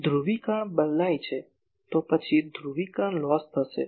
જો ધ્રુવીકરણ બદલાય છે તો પછી ધ્રુવીકરણ લોસ થશે